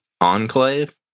enclave